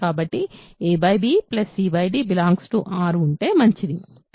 కాబట్టి a b c d R ఉంటే మంచిది